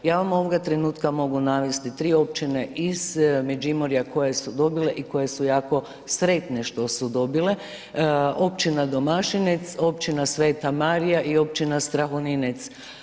Ja vam ovoga trenutka mogu navesti 3 općine iz Međimurja koje su dobile i koje su jako sretne što su dobile općina Domašinec, općina Sveta Marija i općina Strahoninec.